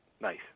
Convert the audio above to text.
Nice